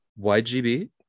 YGB